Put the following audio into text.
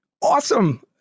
Awesome